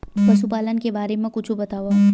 पशुपालन के बारे मा कुछु बतावव?